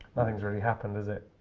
nothing's really happened has it?